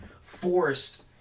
forced